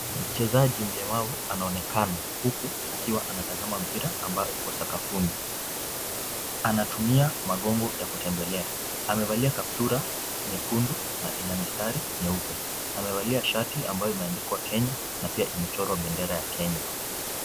Mchezaji mlemavu anaonekana huku akiwa ametazama mpira ambao uko sakafuni, anatumia magongo ya kutembelea, amevalia kaptura nyekundu na ina mistari nyeupe, amevalia shati ambayo imeandikwa Kenya na pia imechorwa bendera ya Kenya.